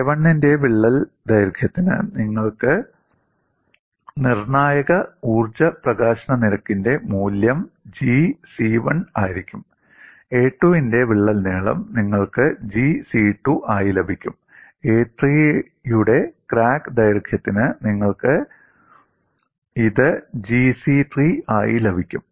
a1 ന്റെ വിള്ളൽ ദൈർഘ്യത്തിന് നിങ്ങൾക്ക് നിർണ്ണായക ഊർജ്ജ പ്രകാശന നിരക്കിന്റെ മൂല്യം G c1 ആയിരിക്കും a2 ന്റെ വിള്ളൽ നീളം നിങ്ങൾക്ക് ഇത് G c2 ആയി ലഭിക്കും a3 ന്റെ ക്രാക്ക് ദൈർഘ്യത്തിന് നിങ്ങൾക്ക് ഇത് G c3 ആയി ലഭിക്കും